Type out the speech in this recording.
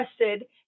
interested